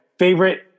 favorite